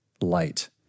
light